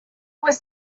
was